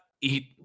eat